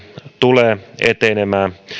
tulee etenemään